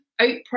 Oprah